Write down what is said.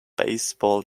baseball